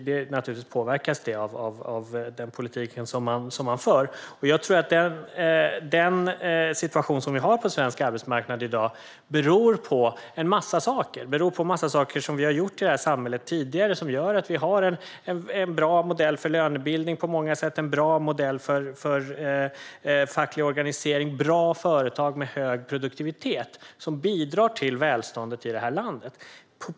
Detta påverkas naturligtvis av den politik som man för. Jag tror att den situation som vi har på svensk arbetsmarknad i dag beror på en massa saker. Den beror på en massa saker som vi har gjort i det här samhället tidigare och som gör att vi har en bra modell för lönebildning på många sätt, en bra modell för facklig organisering och bra företag med hög produktivitet som bidrar till välståndet i det här landet.